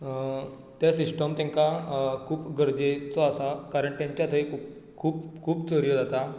तो सिस्टम तांकां खूब गरजेचो आसा कारण तांच्या थंय खूब खूब खुृूब चोरयो जातात